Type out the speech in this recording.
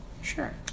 sure